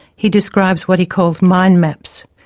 he describes what he calls mind maps.